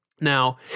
Now